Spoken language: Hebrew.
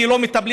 כי לא מטפלים.